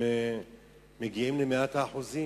מגיעים כמעט למאת האחוזים,